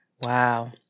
Wow